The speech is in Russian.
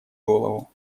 голову